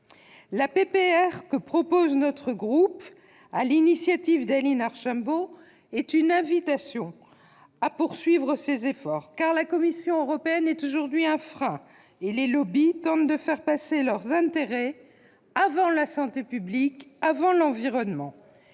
déposée par notre groupe sur l'initiative d'Aline Archimbaud est une invitation à poursuivre ces efforts, car la Commission européenne est aujourd'hui un frein, et les lobbies tentent de faire passer leurs intérêts avant la santé publique et l'environnement.